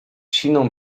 siną